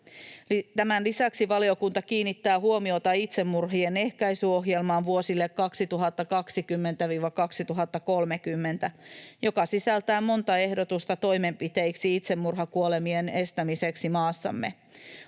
Tämän lisäksi valiokunta kiinnittää huomiota itsemurhien ehkäisyohjelmaan vuosille 2020—2030, joka sisältää monta ehdotusta toimenpiteiksi itsemurhakuolemien estämiseksi maassamme.